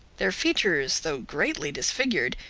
their features though greatly disfigured,